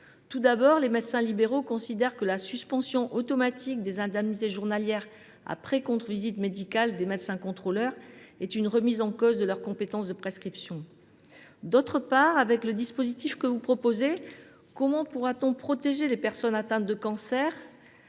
Tout d’abord, les médecins libéraux considèrent que la suspension automatique des indemnités journalières après contre visite médicale des médecins contrôleurs est une remise en cause de leur compétence de prescription ; ensuite, avec le dispositif que vous proposez, comment pourra t on préserver les personnes atteintes de cancer